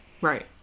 Right